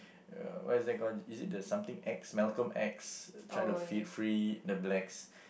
uh what's that called is it the something X Malcolm-X tried to f~ free the blacks